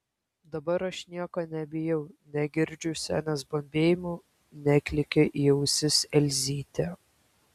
dabar aš nieko nebijau negirdžiu senės bambėjimų neklykia į ausis elzytė